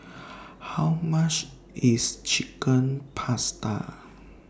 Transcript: How much IS Chicken Pasta